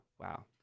Wow